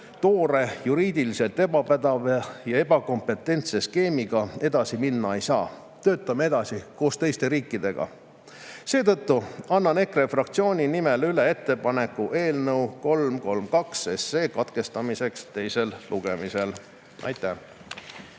toore, juriidiliselt ebapädeva ja ebakompetentse skeemiga edasi minna ei saa. Töötame edasi koos teiste riikidega. Seetõttu annan EKRE fraktsiooni nimel üle ettepaneku katkestada eelnõu 332 teine lugemine. Aitäh!